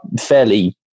fairly